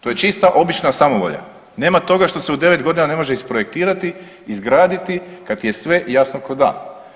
To je čista obična samovolja, nema toga što se u 9.g. ne može isprojektirati i izgraditi kad je sve jasno ko dan.